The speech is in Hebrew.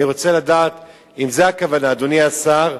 אני רוצה לדעת אם זו הכוונה אדוני השר,